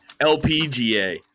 LPGA